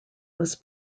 was